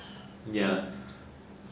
ya